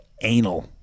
Anal